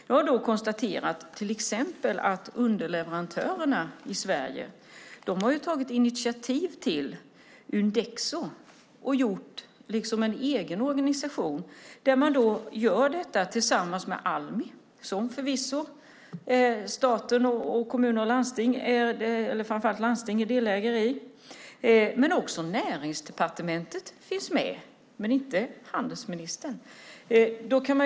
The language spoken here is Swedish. Jag har till exempel kunnat konstatera att underleverantörerna i Sverige har tagit initiativ till Undexo, en egen organisation tillsammans med Almi, vilket förvisso staten och framför allt landstingen är delägare i. Även Näringsdepartementet finns med, men inte handelsministern.